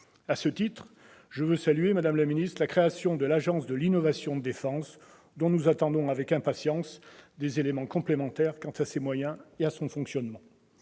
À ce titre, je veux saluer la création de l'Agence de l'innovation de défense, dont nous attendons avec impatience des éléments complémentaires quant à ses moyens et son fonctionnement.